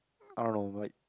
I don't know like